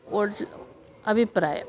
ಅಭಿಪ್ರಾಯ